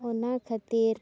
ᱚᱱᱟ ᱠᱷᱟᱹᱛᱤᱨ